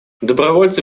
добровольцы